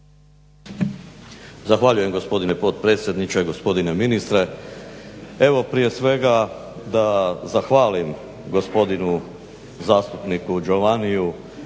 Zahvaljujem gospodine potpredsjedniče, gospodine ministre. Evo prije svega da zahvalim gospodinu zastupniku Giovanniu